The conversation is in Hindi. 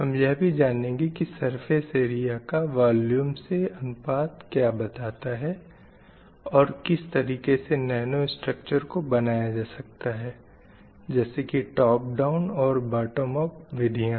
हम यह भी जानेंगे की सरफ़ेस ऐरिया का वॉल्यूम से अनुपात क्या बताता है और किस तरीक़े से नैनो स्ट्रक्चर को बनाया जा सकता है जैसे की टोप डाउन और बॉटम अप विधियाँ